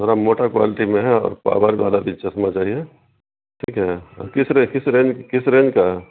تھوڑا موٹا کوالٹی میں ہے اور پاور والا بھی چسمہ چاہیے ٹھیک ہے کس کس رینج کس رینج کا